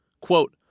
Quote